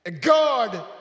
God